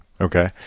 Okay